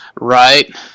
right